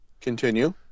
continue